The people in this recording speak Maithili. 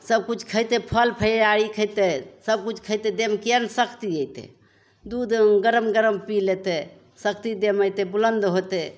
सब किछु खइतय फल फलिहारी खइतय सब किछु खइतय देहमे किआ नहि शक्ति अइतय दूध गरम गरम पी लेतय शक्ति देहमे अइतय बुलन्द होतय